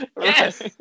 yes